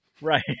Right